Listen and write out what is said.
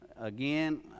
Again